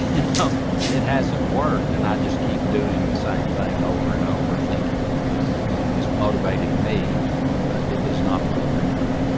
and it hasn't worked. and i just keep doing the same thing over and over thinking well this you know this motivated me but it does not motivate her